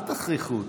אל תכריחו אותי.